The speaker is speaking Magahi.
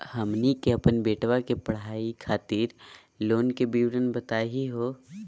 हमनी के अपन बेटवा के पढाई खातीर लोन के विवरण बताही हो?